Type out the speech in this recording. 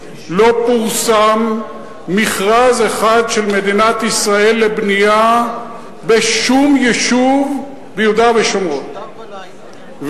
לא פורסם מכרז אחד של מדינת ישראל לבנייה בשום יישוב ביהודה ושומרון,